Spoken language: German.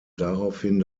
daraufhin